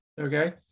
okay